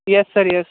yes sir yes